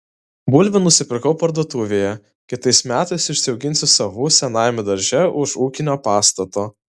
bulvių nusipirkau parduotuvėje kitais metais užsiauginsiu savų senajame darže už ūkinio pastato